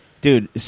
dude